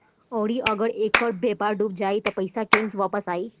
आउरु अगर ऐकर व्यापार डूब जाई त पइसा केंग वापस आई